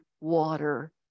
water